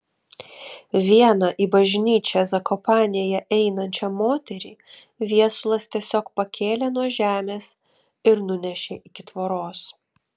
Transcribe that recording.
vieną į bažnyčią zakopanėje einančią moterį viesulas tiesiog pakėlė nuo žemės ir nunešė iki tvoros